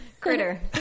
Critter